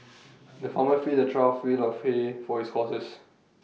the farmer filled A trough full of hay for his horses